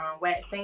waxing